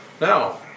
Now